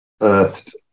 earthed